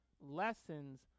lessons